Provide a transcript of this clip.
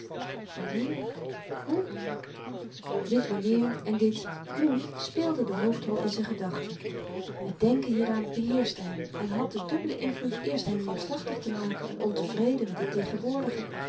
wanneer hoe dit wanneer en dit hoe speelden de hoofdrol in z'n gedachten het denken hieraan beheerschte hem en had den dubbelen invloed eerst hem neerslachtig te maken en ontevreden met het tegenwoordige